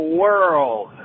world